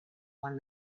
one